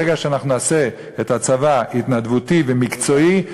ברגע שאנחנו נעשה את הצבא התנדבותי ומקצועי,